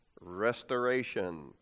restoration